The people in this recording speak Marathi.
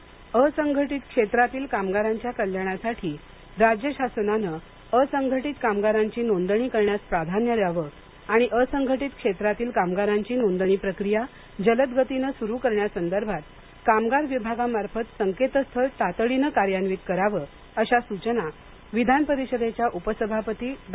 निलम गोन्हे असंघटित क्षेत्रातील कामगारांच्या कल्याणासाठी राज्य शासनाने असंघटित कामगारांची नोंदणी करण्यास प्राधान्य द्यावे आणि असंघटित क्षेत्रातील कामगारांची नोंदणी प्रक्रिया जलदगतीने सुरु करण्यासंदर्भात कामगार विभागामार्फत संकेतस्थळ तातडीने कार्यान्वित करावं अशा सूचना विधानपरिषदेच्या उपसभापती डॉ